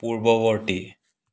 পূৰ্ৱবৰ্তী